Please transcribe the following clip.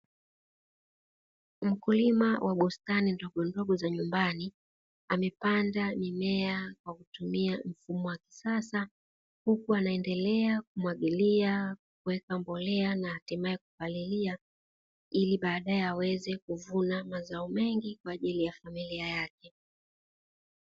Mkulima wa bustani ndogondogo za nyumbani amepanda mimea kwa kutumia mfumo wa kisasa huku wanaendelea kumwagilia kuweka mbolea na hatimaye kupalilia ili baadae aweze kuvuna mazao mengi kwa ajili ya familia yeke.